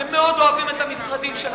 אתם מאוד אוהבים את המשרדים שלכם,